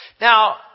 now